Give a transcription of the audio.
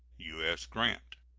u s. grant.